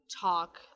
talk